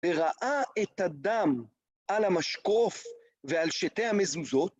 וראה את הדם על המשקוף ועל שתי המזוזות